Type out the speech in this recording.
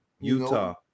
Utah